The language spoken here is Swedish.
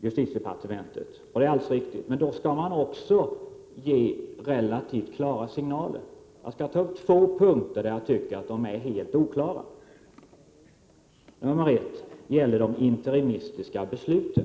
justitiedepartementet. Det är alldeles riktigt. Men därför borde de Prot. 1987/88:124 signaler som ges också vara relativt klara. Jag skall ta upp två punkter där jag 20 maj 1988 anser att de signaler som ges är helt oklara. Den första punkten gäller de interimistiska besluten.